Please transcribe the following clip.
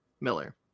Miller